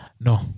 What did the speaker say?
No